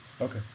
Okay